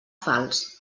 falç